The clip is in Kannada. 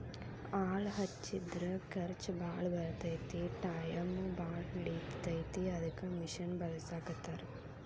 ಆಳ ಹಚ್ಚಿದರ ಖರ್ಚ ಬಾಳ ಬರತತಿ ಟಾಯಮು ಬಾಳ ಹಿಡಿತತಿ ಅದಕ್ಕ ಮಿಷನ್ ಬಳಸಾಕತ್ತಾರ